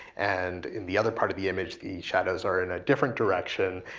and in the other part of the image the shadows are in a different direction.